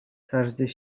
każdy